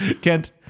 Kent